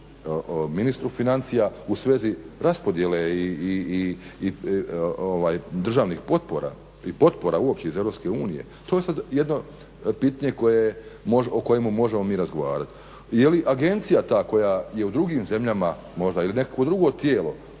ministru financija u svezi raspodjele i državnih potpora ili potpora uopće iz Europske unije to je sada jedno pitanje o kojemu možemo mi razgovarati. Je li agencija ta koja je u drugim zemljama možda ili nekakvo drugo tijelo